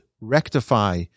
rectify